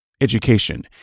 education